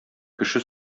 кеше